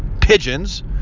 pigeons